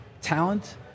talent